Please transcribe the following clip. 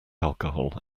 alcohol